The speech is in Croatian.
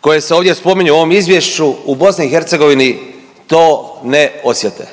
koje se ovdje spominju u ovom izvješću u BiH to ne osjete,